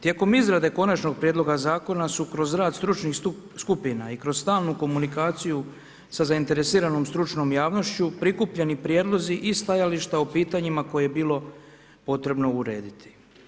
Tijekom izrade konačnog prijedloga zakona su kroz rad stručnih skupina i kroz stalnu komunikaciju sa zainteresiranom stručnom javnošću prikupljeni prijedlozi i stajališta u pitanjima koje je bilo potrebno urediti.